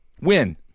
Win